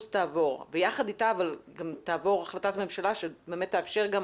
תעבור ויחד איתה גם תעבור החלטת ממשלה שבאמת תאפשר גם